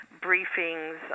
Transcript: briefings